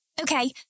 Okay